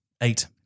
Eight